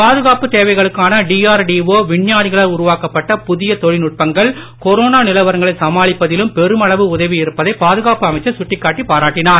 பாதுகாப்புத் தேவைகளுக்காக டிஆர்டிஇ விஞ்ஞானிகளால் உருவாக்கப்பட்ட புதிய தொழில் நுட்பங்கள் கொரோனா நிலவரங்களை சமாளிப்பதிலும் பெருமளவு உகவி இருப்பதை பாதுகாப்பு அமைச்சர் சுட்டிக்காட்டிப் பாராட்டினார்